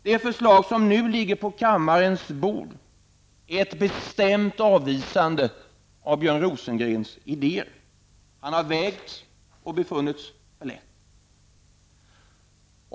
Det förslag som nu ligger på kammarens bord är ett bestämt avvisande av Björns Rosengrens idéer. Han har vägts och befunnits för lätt.